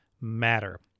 matter